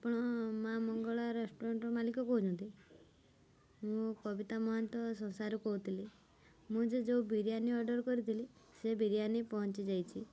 ଆପଣ ମାଆ ମଙ୍ଗଳା ରେଷ୍ଟୁରାଣ୍ଟର ମାଲିକ କହୁଛନ୍ତି ମୁଁ କବିତା ମହନ୍ତ ଶସାରୁ କହୁଥିଲି ମୁଁ ଯେ ଯେଉଁ ବିରିୟାନୀ ଅର୍ଡ଼ର୍ କରିଥିଲି ସେ ବିରିୟାନି ପହଞ୍ଚିଯାଇଛି